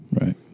Right